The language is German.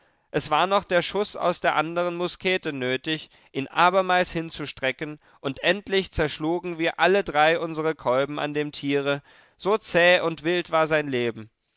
es war noch der schuß aus der andern muskete nötig ihn abermals hinzustrecken und endlich zerschlugen wir alle drei unsere kolben an dem tiere so zäh und wild war sein leben